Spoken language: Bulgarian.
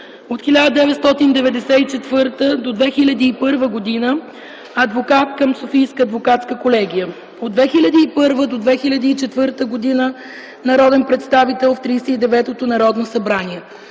От 1994 до 2001 г. е адвокат към Софийска адвокатска колегия. От 2001 до 2004 г. е народен представител в Тридесет и деветото Народно събрание.